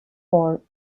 for